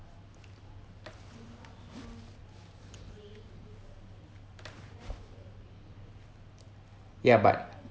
ya but